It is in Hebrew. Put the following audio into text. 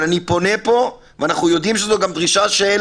אבל אני פונה פה ואנחנו יודעים שזו גם דרישה של